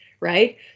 Right